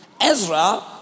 Ezra